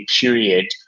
period